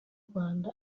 rwanda